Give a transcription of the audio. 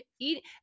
eat